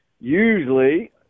usually